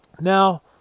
now